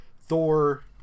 Thor